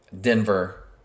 Denver